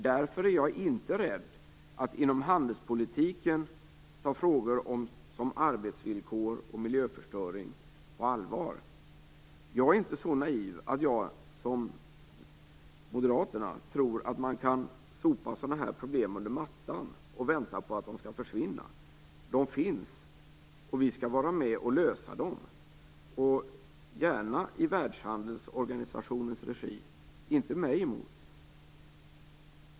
Därför är jag inte rädd att inom handelspolitiken ta frågor som arbetsvillkor och miljöförstöring på allvar. Jag är inte så naiv att jag som moderaterna tror att man kan sopa sådana problem under mattan och vänta på att de skall försvinna. De finns, och vi skall vara med och lösa dem, gärna i Världshandelsorganisationens regi - inte mig emot.